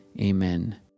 amen. (